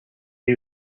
can